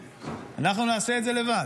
אנחנו נעשה את זה לבד,